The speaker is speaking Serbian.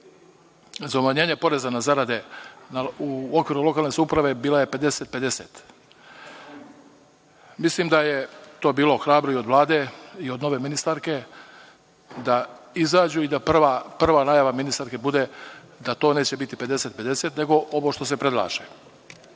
za umanjenje poreza na zarade u okviru lokalne samouprave bila je 50-50. Mislim da je to bilo hrabro i od Vlade i od nove ministarke da izađu i da prva najava ministarke bude da to neće biti 50-50 nego ovo što se predlaže. Ja